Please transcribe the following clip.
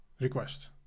request